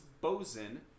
boson